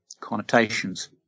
connotations